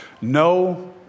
no